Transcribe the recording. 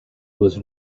was